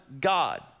God